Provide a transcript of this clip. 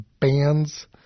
bands